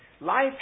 Life